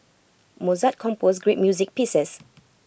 Mozart composed great music pieces